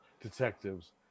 detectives